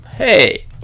hey